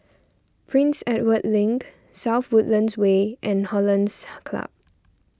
Prince Edward Link South Woodlands Way and Hollandse Club